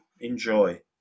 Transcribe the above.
Enjoy